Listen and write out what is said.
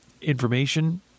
information